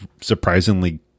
surprisingly